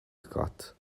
cut